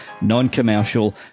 non-commercial